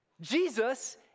Jesus